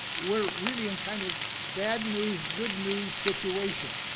we're really in kind of bad news, good news situation.